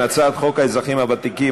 הצעת חוק האזרחים הוותיקים,